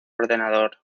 ordenador